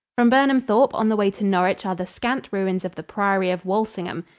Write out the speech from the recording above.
from burnham thorpe on the way to norwich are the scant ruins of the priory of walsingham.